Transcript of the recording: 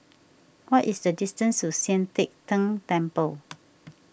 what is the distance to Sian Teck Tng Temple